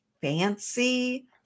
fancy